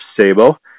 Sabo